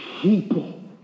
people